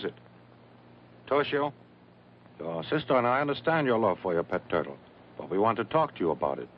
is it toshio sister and i understand your love for your pet turtle but we want to talk to you about it